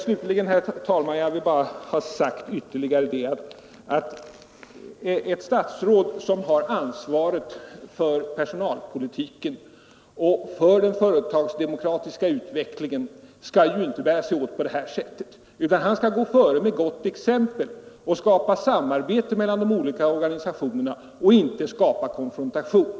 Slutligen, herr talman, vill jag bara ytterligare ha sagt: Ett statsråd som har ansvaret för personalpolitiken och för den företagsdemokratiska utvecklingen bör inte bära sig åt på det här sättet, utan han bör föregå med gott exempel och skapa samarbete mellan de olika organisationerna i Torsdagen den stället för att skapa konfrontation.